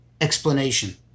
explanation